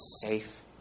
safe